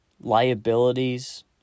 liabilities